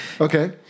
Okay